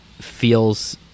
feels